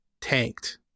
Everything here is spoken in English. tanked